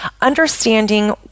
understanding